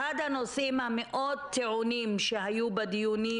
אחד הנושאים המאוד טעונים שהיו בדיונים,